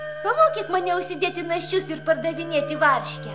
pamokyk mane užsidėti naščius ir pardavinėti varškę